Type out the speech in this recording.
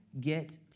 get